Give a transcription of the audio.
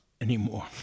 anymore